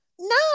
no